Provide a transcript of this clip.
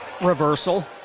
reversal